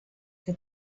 que